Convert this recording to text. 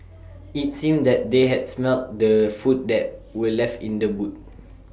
IT seemed that they had smelt the food that were left in the boot